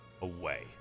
away